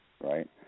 right